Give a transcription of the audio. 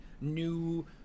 new